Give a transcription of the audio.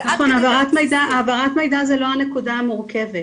נכון, העברת מידע זו לא הנקודה המורכבת.